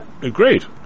Great